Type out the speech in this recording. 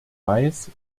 mais